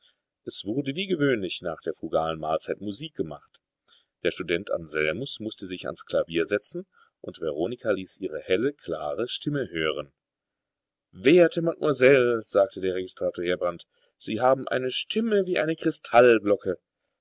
es wurde wie gewöhnlich nach der frugalen mahlzeit musik gemacht der student anselmus mußte sich ans klavier setzen und veronika ließ ihre helle klare stimme hören werte mademoiselle sagte der registrator heerbrand sie haben eine stimme wie eine